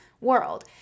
world